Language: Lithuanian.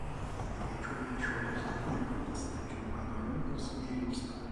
galėčiau vien šiuo vaizdu mėgautis tačiau mano rankos nerimsta